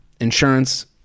insurance